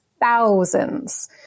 Thousands